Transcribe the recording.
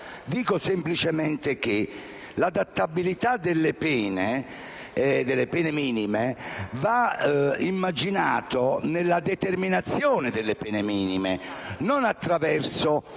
dico semplicemente che l'adattabilità delle pene minime va immaginata nella determinazione delle pene minime, non attraverso